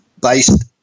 based